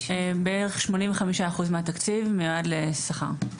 בערך כ-85% מהתקציב מיועד לשכר.